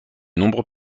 nombreux